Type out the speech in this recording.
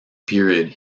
period